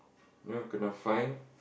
you know kenna fine